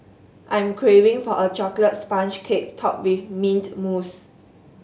I'm craving for a chocolate sponge cake topped with mint mousse